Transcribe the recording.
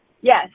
Yes